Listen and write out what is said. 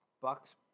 Buck's